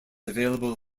available